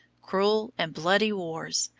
cruel, and bloody wars,